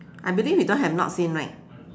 I believe you don't have not seen line